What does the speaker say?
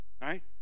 right